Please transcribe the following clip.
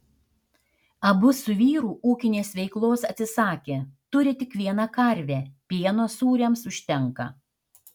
abu su vyru ūkinės veiklos atsisakė turi tik vieną karvę pieno sūriams užtenka